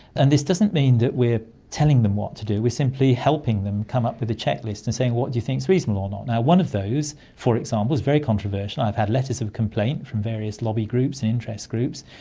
and this doesn't mean that we're telling them what to do, we're simply helping them come up with a checklist and saying what do you think is reasonable or not. and one of those, for example, is very controversial and i've had letters of complaint from various lobby groups and interest groups,